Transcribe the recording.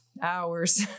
hours